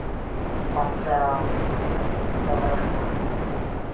ᱵᱟᱧᱪᱟᱣ ᱫᱚᱦᱚ ᱨᱮᱱᱟᱜ